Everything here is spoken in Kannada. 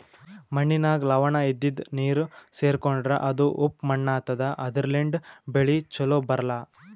ಮಣ್ಣಿನಾಗ್ ಲವಣ ಇದ್ದಿದು ನೀರ್ ಸೇರ್ಕೊಂಡ್ರಾ ಅದು ಉಪ್ಪ್ ಮಣ್ಣಾತದಾ ಅದರ್ಲಿನ್ಡ್ ಬೆಳಿ ಛಲೋ ಬರ್ಲಾ